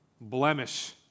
blemish